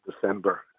December